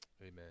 amen